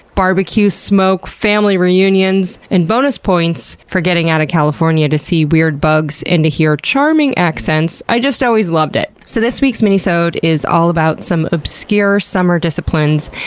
barbecue smoke, family reunions. and bonus points for getting out of california to see weird bugs and hear charming accents. i just always loved it. so this week's minisode is all about some obscure summer disciplines,